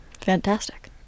Fantastic